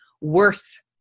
worth